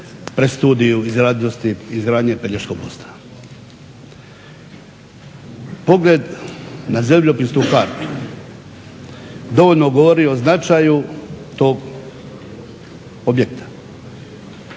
predstudiju izradnosti izgradnje Pelješkog mosta. Pogled na zemljopisnu kartu dovoljno govori o značaju tog objekta,